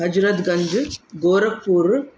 Hazratganj Gorakhpur